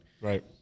Right